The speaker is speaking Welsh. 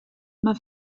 mae